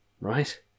right